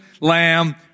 lamb